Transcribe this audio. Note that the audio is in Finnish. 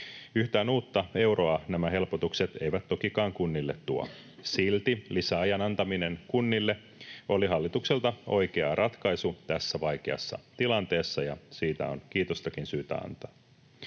Yhtään uutta euroa nämä helpotukset eivät tokikaan kunnille tuo. Silti lisäajan antaminen kunnille oli hallitukselta oikea ratkaisu tässä vaikeassa tilanteessa, ja siitä on kiitostakin syytä antaa.